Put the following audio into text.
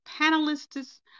panelist's